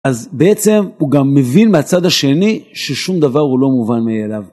אז בעצם הוא גם מבין מהצד השני ששום דבר הוא לא מובן מאליו.